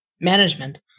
management